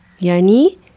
yani